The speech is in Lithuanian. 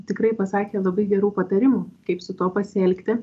tikrai pasakė labai gerų patarimų kaip su tuo pasielgti